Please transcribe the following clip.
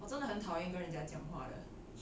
我真的很讨厌跟人家讲话的